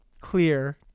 clear